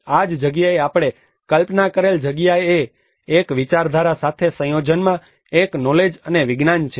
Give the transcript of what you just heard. આ જ જગ્યાએ આપણે કલ્પના કરેલ જગ્યા એ એક વિચારધારા સાથે સંયોજનમાં એક નોલેજ અને વિજ્ઞાન છે